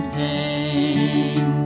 pain